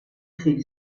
خیلی